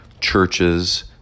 churches